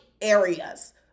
areas